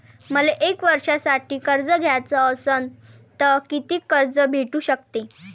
मले एक वर्षासाठी कर्ज घ्याचं असनं त कितीक कर्ज भेटू शकते?